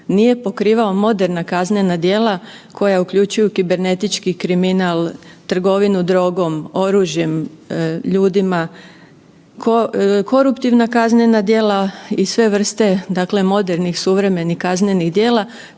nije pokrivao moderna kaznena djela koja je uključuju kibernetički kriminal, trgovinu drogom, oružjem, ljudima, koruptivna kaznena djela i sve vrste modernih suvremenih kaznenih djela,